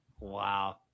Wow